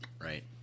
Right